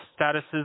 statuses